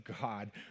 God